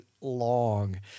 long